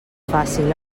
fàcil